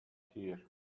here